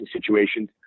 situations